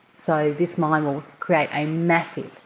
so this mine will create a massive